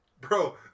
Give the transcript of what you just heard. bro